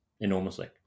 enormously